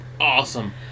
awesome